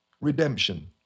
Redemption